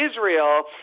Israel